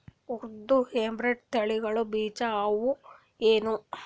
ಉದ್ದ ಹೈಬ್ರಿಡ್ ತಳಿಗಳ ಬೀಜ ಅವ ಏನು?